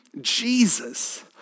Jesus